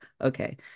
Okay